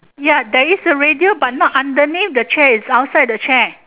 ya there is a radio but not underneath the chair is outside the chair